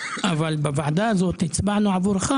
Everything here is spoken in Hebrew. אבל בוועדה הזאת הצבענו עבורך